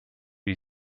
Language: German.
die